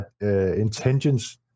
intentions